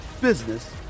business